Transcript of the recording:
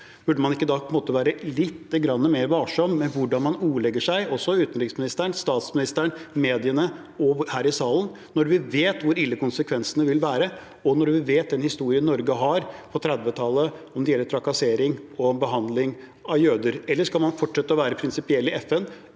Norge. Burde man ikke være lite grann mer varsom med hvordan man ordlegger seg – også utenriksministeren, statsministeren, mediene og her i salen – når vi vet hvor ille konsekvensene vil være, og når vi kjenner Norges historie på 1930-tallet når det gjelder trakassering og behandling av jøder? Eller skal man fortsette å være prinsipiell i FN